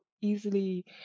easily